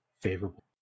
favorable